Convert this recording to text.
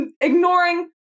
ignoring